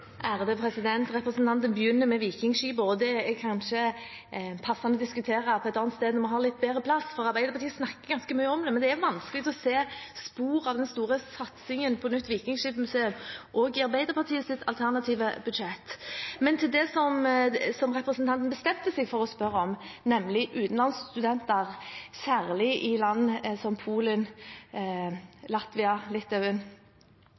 Representanten begynner med vikingskipene, og det er kanskje passende å diskutere et annet sted, når vi har litt bedre anledning, for Arbeiderpartiet snakker ganske mye om det, men det er vanskelig å se spor av den store satsingen på nytt vikingskipmuseum også i Arbeiderpartiets alternative budsjett. Men til det som representanten bestemte seg for å spørre om, nemlig utenlandsstudenter, særlig i land som Polen, Latvia, Litauen,